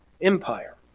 Empire